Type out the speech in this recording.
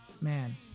Man